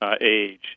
age